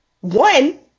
One